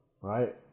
Right